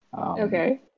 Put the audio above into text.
Okay